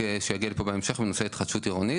שיגיע לפה בהמשך בנושא התחדשות עירונית.